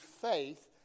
faith